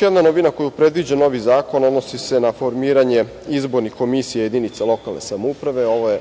jedna novina koju predviđa novi zakon odnosi se na formiranje izbornih komisija jedinica lokalne samouprave. Ovo je